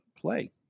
play